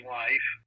life